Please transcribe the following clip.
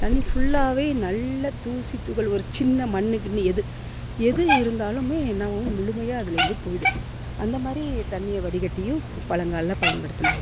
தண்ணி ஃபுல்லாகவே நல்ல தூசி துகள் ஒரு சின்ன மண்ணு கிண்ணு எது எது இருந்தாலுமே என்னாவும் முழுமையாக அதுலேருந்து போய்டும் அந்த மாதிரி தண்ணியை வடிகட்டியும் பழங்கால்ல பயன்படுத்தினாங்க